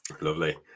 Lovely